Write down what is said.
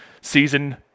season